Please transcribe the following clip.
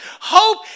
Hope